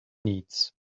needs